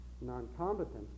non-combatants